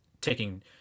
taking